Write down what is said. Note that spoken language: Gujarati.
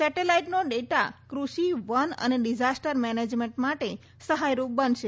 સેટેલાઈટનો ડેટા કૃષિ વન અને ડિઝાસ્ટર મેનેજમેન્ટ માટે સહાયરૂપ બનશે